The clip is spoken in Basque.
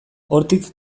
hortik